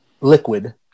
liquid